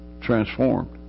transformed